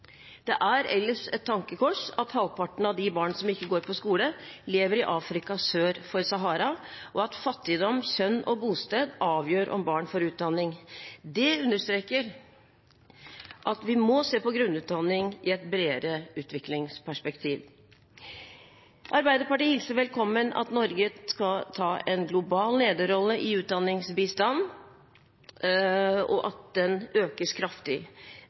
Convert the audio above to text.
Det er ellers et tankekors at halvparten av de barn som ikke går på skole, lever i Afrika sør for Sahara, og at fattigdom, kjønn og bosted avgjør om barn får utdanning. Det understreker at vi må se på grunnutdanning i et bredere utviklingsperspektiv. Arbeiderpartiet hilser velkommen at Norge skal ta en global lederrolle i utdanningsbistanden, og at den økes kraftig.